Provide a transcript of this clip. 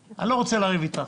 אני לא רוצה לריב אתך,